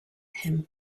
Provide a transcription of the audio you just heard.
him